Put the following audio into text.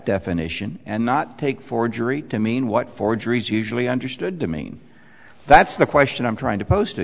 definition and not take forgery to mean what forgeries usually understood to mean that's the question i'm trying to post